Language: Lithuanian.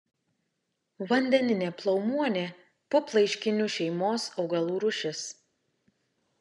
vandeninė plaumuonė puplaiškinių šeimos augalų rūšis